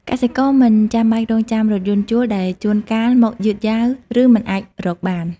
កសិករមិនចាំបាច់រងចាំរថយន្តជួល ដែលជួនកាលមកយឺតយ៉ាវ ឬមិនអាចរកបាន។